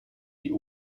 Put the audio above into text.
die